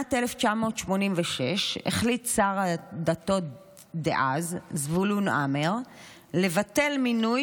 בשנת 1986 החליט שר הדתות דאז זבולון המר לבטל מינוי